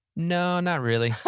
no, not really.